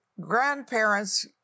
grandparents